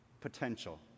potential